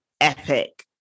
epic